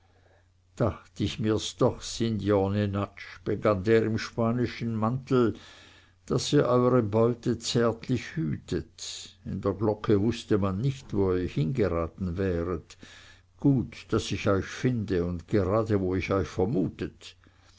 dacht ich mir's doch signor jenatsch begann der im spanischen mantel daß ihr eure beute zärtlich hütet in der glocke wußte man nicht wo ihr hingeraten wäret gut daß ich euch finde und gerade wo ich euch vermutet